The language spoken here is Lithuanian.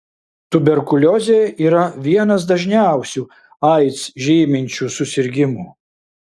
tuberkuliozė yra vienas dažniausių aids žyminčių susirgimų